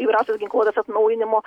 įvairiausios ginkluotės atnaujinimo